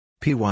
PY